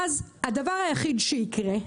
ואז הדבר היחיד שיקרה,